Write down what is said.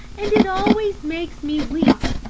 and it always makes me weep,